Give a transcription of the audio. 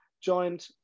joined